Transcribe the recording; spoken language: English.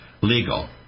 legal